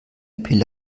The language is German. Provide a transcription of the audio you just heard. pille